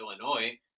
Illinois